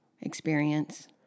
Experience